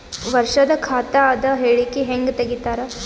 ವರ್ಷದ ಖಾತ ಅದ ಹೇಳಿಕಿ ಹೆಂಗ ತೆಗಿತಾರ?